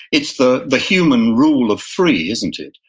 it's the the human rule of three, isn't it?